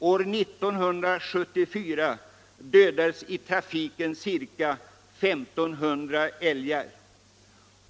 År 1974 dödades i trafiken ca 1 500 älgar.